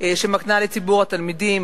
שמקנה לציבור התלמידים,